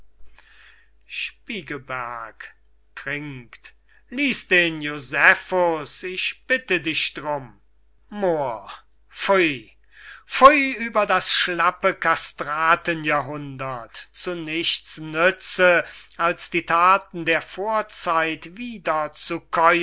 spiegelberg trinkt lies den josephus ich bitte dich drum moor pfui pfui über das schlappe kastraten jahrhundert zu nichts nütze als die thaten der vorzeit wiederzukäuen und